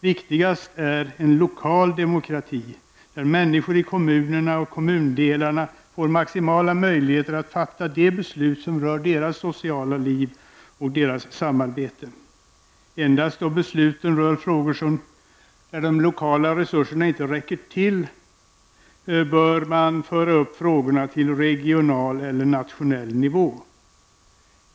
Viktigast är en lokaldemokrati, där människor i kommunen och kommundelarna får maximala möjligheter att fatta de beslut som rör deras sociala liv och deras samarbete. Endast då besluten rör frågor där de lokala resurserna inte räcker till bör bör man föra upp frågorna till regional eller nationell nivå.